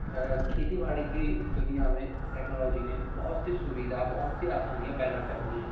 کھیتی باڑی کی دنیا میں ٹیکنالوجی نے بہت سی سویدھا بہت سی آسانیاں پیدا کر دی ہیں